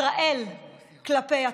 ישראל כלפי התפוצות.